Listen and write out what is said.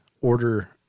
order